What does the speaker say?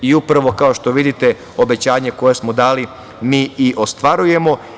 I upravo, kao što vidite, obećanje koje smo dali mi i ostvarujemo.